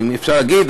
אם אפשר להגיד,